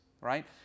right